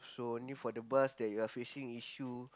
so only for the bus that you're facing issue